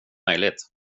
möjligt